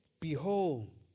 Behold